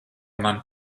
man